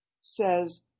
says